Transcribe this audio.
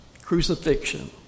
Crucifixion